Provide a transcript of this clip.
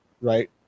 right